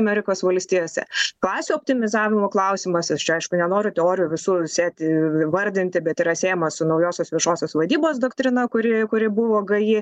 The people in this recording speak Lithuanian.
amerikos valstijose klasių optimizavimo klausimas aš čia aišku nenoriu teorijų visų sėti vardinti bet yra siejama su naujosios viešosios vadybos doktrina kuri kuri buvo gaji